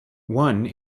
one